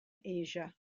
asia